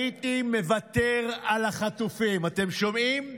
הייתי, מוותר על החטופים", אתם שומעים?